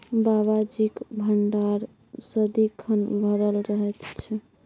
बाबाजीक भंडार सदिखन भरल रहैत छै